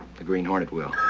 the green hornet will.